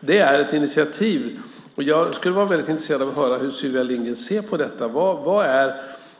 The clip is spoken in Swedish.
Det är ett initiativ. Jag skulle vara intresserad av att höra hur Sylvia Lindgren ser på detta.